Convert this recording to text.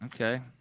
Okay